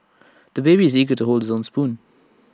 the baby is eager to hold his own spoon